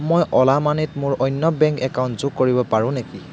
মই অ'লা মানিত মোৰ অন্য বেংক একাউণ্ট যোগ কৰিব পাৰোঁ নেকি